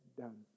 done